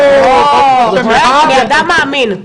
אני אדם מאמין.